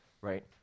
right